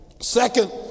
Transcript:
Second